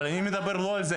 אבל אני מדבר לא על זה,